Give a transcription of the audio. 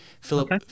Philip